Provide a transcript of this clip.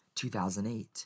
2008